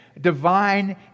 divine